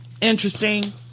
interesting